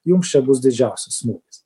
jums čia bus didžiausias smūgis